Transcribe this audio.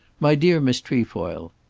my dear miss trefoil,